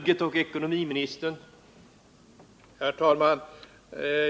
Herr talman!